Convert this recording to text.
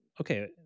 okay